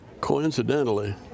coincidentally